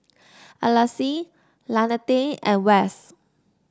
Alease Lanette and Wes